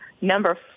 number